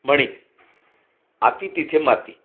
म्हणी अती तिथे माती